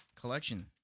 collection